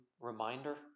reminder